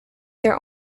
their